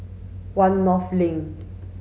One North Link